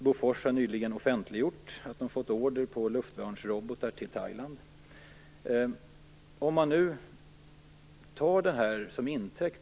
Bofors har nyligen offentliggjort att man fått order på luftvärnsrobotar till Thailand.